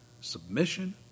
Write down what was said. submission